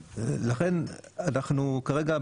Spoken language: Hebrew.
כרגע,